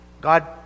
God